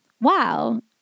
Wow